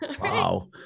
wow